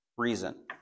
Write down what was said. reason